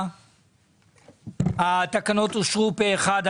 הצבעה אושר התקנות אושרו פה אחד.